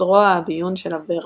זרוע הביון של הוורמאכט.